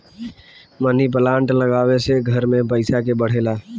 मनी plant लागवे से घर में पईसा के बढ़ेला